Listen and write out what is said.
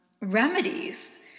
remedies